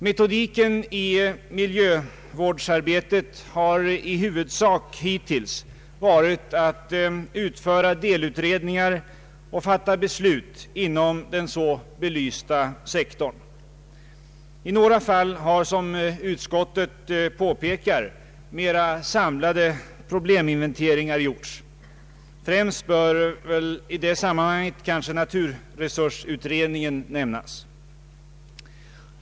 Metodiken i miljövårdsarbetet har i huvudsak hittills inneburit att utföra delutredningar och fatta beslut inom den därigenom belysta sektorn. I några fall har, som utskottet påpekar, mera samlade probleminventeringar gjorts. Främst bör kanske i det sammanhanget naturresursutredningen nämnas.